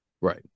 Right